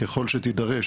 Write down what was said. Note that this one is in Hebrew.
ככול שתידרש,